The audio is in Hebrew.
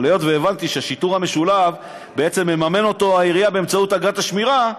אבל היות שהבנתי שאת השיטור המשולב תממן העירייה באמצעות אגרת השמירה,